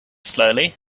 slowly